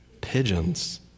Pigeons